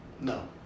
no